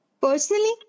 Personally